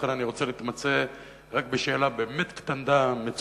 לכן אני רוצה רק שאלה באמת קטנה ומצומצמת,